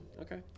Okay